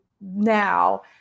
now